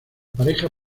pareja